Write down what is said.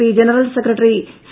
P general secretary C